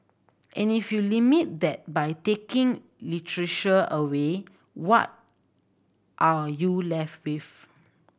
and if you limit that by taking away what are you left with